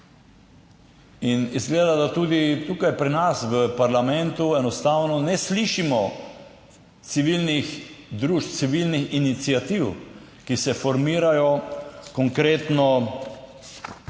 Izgleda, da tudi tukaj pri nas v parlamentu enostavno ne slišimo civilnih družb, civilnih iniciativ, ki se formirajo konkretno